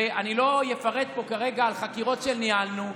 ואני לא אפרט פה כרגע על חקירות שניהלנו,